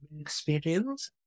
experience